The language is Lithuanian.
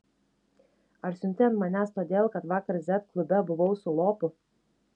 ar siunti ant manęs todėl kad vakar z klube buvau su lopu